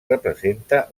representa